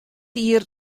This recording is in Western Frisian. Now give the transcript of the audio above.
jier